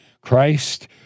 christ